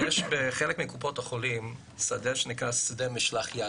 בחלק מקופות החולים יש שדה שנקרא 'שדה משלח יד',